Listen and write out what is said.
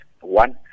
One